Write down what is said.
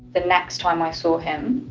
the next time i saw him,